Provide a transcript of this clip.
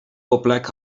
plek